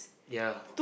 yeah